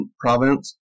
province